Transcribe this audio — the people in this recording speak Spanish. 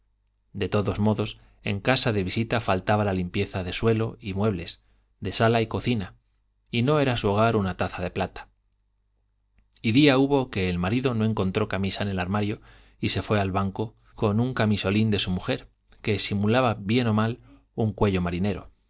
de todos modos en casa de visita faltaba la limpieza de suelo y muebles de sala y cocina y no era su hogar una taza de plata y día hubo que el marido no encontró camisa en el armario y se fue al banco con un camisolín de su mujer que simulaba bien o mal un cuello marinero